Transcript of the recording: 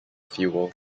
fuel